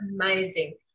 amazing